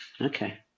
Okay